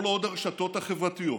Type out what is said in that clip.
כל עוד הרשתות החברתיות